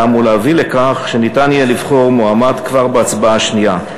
ולהביא לכך שניתן יהיה לבחור מועמד כבר בהצבעה השנייה,